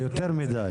זה יותר מידי.